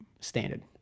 Standard